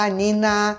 nina